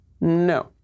No